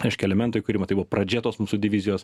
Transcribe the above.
reiškia elementai kuri matai gal pradžia tos mūsų divizijos